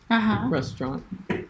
Restaurant